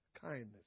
Kindness